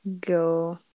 go